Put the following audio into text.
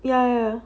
yeah